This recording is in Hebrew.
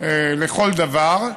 לכל דבר,